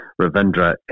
Ravindra